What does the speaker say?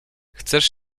chcesz